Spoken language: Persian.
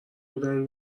بودن